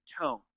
tone